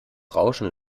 rauschen